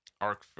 arc